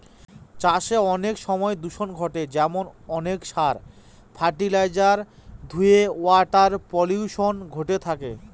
চাষে অনেক সময় দূষন ঘটে যেমন অনেক সার, ফার্টিলাইজার ধূয়ে ওয়াটার পলিউশন ঘটে থাকে